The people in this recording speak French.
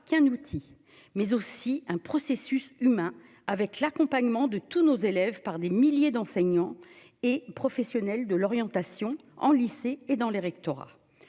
qu'un outil, mais aussi un processus humains avec l'accompagnement de tous nos élèves par des milliers d'enseignants et professionnels de l'orientation en lycée et dans les rectorats